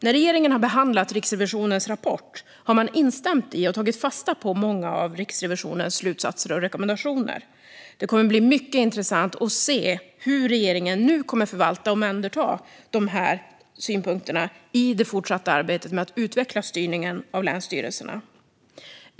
När regeringen har behandlat Riksrevisionens rapport har man instämt i och tagit fasta på många av Riksrevisionens slutsatser och rekommendationer. Det kommer att bli mycket intressant att se hur regeringen nu kommer att förvalta och omhänderta synpunkterna i det fortsatta arbetet med att utveckla styrningen av länsstyrelserna.